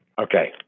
Okay